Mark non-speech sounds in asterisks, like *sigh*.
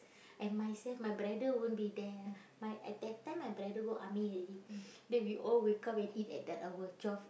and myself my brother won't be there ah my at that time my brother go army already *breath* then we all wake up and eat at that hour twelve